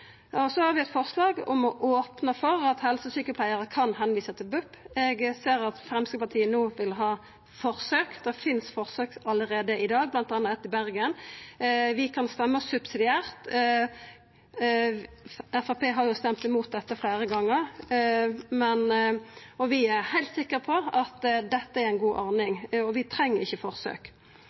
har òg eit forslag om å opna for at helsesjukepleiarar kan senda over til BUP. Eg ser at Framstegspartiet no vil ha forsøk. Det finst forsøk allereie i dag, bl.a. eit i Bergen. Vi kan stemma for det subsidiært. Framstegspartiet har jo stemt mot dette fleire gongar. Vi er heilt sikre på at dette ei god ordning, og vi treng ikkje forsøk.